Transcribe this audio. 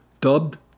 Dubbed